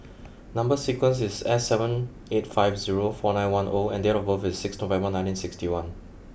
number sequence is S seven eight five zero four nine one O and date of birth is six November nineteen sixty one